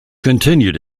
continued